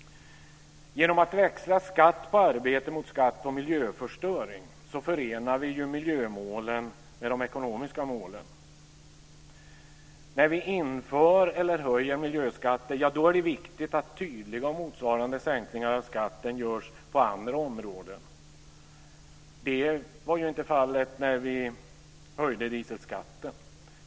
Genom att växla skatt på arbete mot skatt på miljöförstöring förenar vi miljömålen med de ekonomiska målen. När vi inför eller höjer miljöskatter är det viktigt att tydliga motsvarande sänkningar av skatten görs på andra områden. Det var inte fallet när vi höjde dieselskatten.